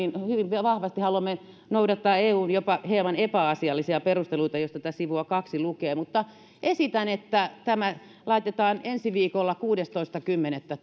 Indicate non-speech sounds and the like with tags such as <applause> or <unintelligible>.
hyvin vahvasti haluamme noudattaa eun jopa hieman epäasiallisia perusteluita jos tätä sivua kaksi lukee esitän että tämä laitetaan pöydälle ensi viikolle täysistuntoon kuudestoista kymmenettä <unintelligible>